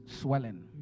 swelling